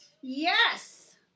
Yes